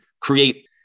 create